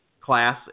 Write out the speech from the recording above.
class